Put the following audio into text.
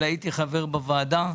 אבל הייתי חבר בוועדה,